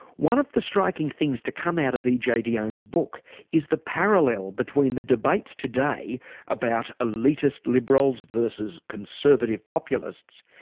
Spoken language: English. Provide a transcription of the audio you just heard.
one of the striking things to come out of ej dionne's book is the parallel between the debates today about elitist liberals versus conservative populists,